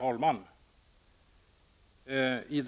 Herr talman! I